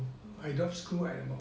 I drop school at